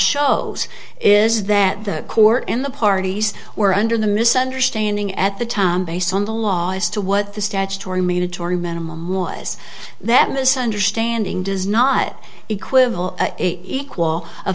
shows is that the court and the parties were under the misunderstanding at the time based on the law as to what the statutory mean atory minimum was that misunderstanding does not equivalent equal a